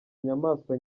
inyamaswa